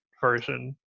version